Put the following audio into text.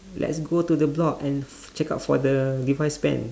let's go to the block and f~ check out for the levi's pants